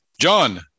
John